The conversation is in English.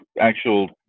actual